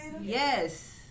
Yes